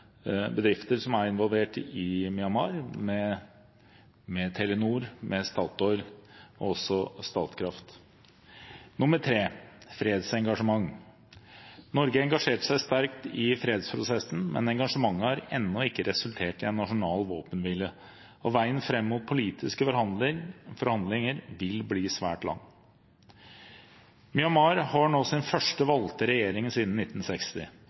er fredsengasjement. Norge engasjerte seg sterkt i fredsprosessen, men engasjementet har ennå ikke resultert i en nasjonal våpenhvile. Veien fram mot politiske forhandlinger vil bli svært lang. Myanmar har nå sin første valgte regjering siden 1960.